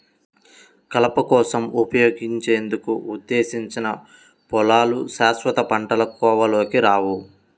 కలప కోసం ఉపయోగించేందుకు ఉద్దేశించిన పొలాలు శాశ్వత పంటల కోవలోకి రావు